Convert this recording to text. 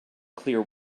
clear